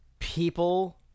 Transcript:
People